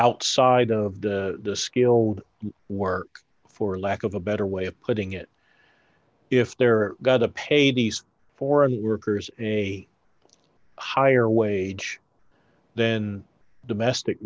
outside of the skilled work for lack of a better way of putting it if they're going to pay these foreign workers a higher wage then domestic